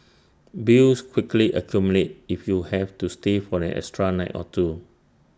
bills quickly accumulate if you have to stay for an extra night or two